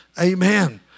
Amen